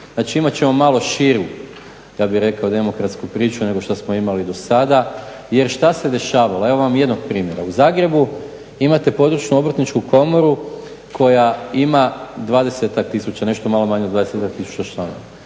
Znači, imat ćemo malo širu ja bih rekao demokratsku priču nego što smo imali do sada. Jer šta se dešavalo? Evo vam jednog primjera. U Zagrebu imate područnu Obrtničku komoru koja ima 20-tak tisuća, nešto malo manje od 20-tak